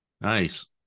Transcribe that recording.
Nice